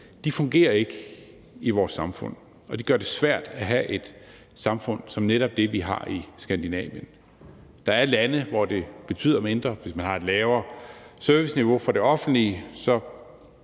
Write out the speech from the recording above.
fungerer ikke i vores samfund, og det gør det svært at have et samfund som netop det, vi har i Skandinavien. Der er lande, hvor det betyder mindre. Hvis der er et lavere serviceniveau i det offentlige,